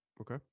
Okay